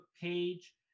page